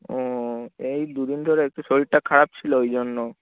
ও এই দু দিন ধরে একটু শরীরটা খারাপ ছিল ওই জন্য